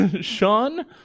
Sean